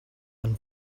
and